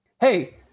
hey